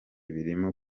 birimo